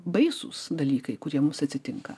baisūs dalykai kurie mums atsitinka